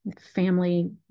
family